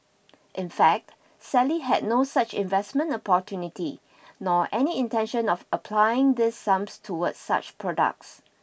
in fact Sally had no such investment opportunity nor any intention of applying these sums towards such products